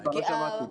סליחה, לא שמעתי.